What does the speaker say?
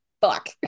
fuck